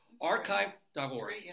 archive.org